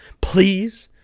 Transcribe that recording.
Please